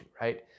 right